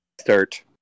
start